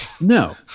No